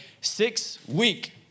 six-week